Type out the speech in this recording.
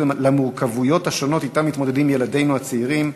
למורכבויות השונות שאתן מתמודדים ילדינו הצעירים.